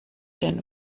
den